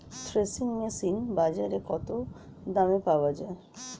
Threshing machine বাজারে কত দামে পাওয়া যায়?